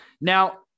Now